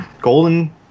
Golden